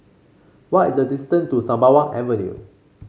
what is the distance to Sembawang Avenue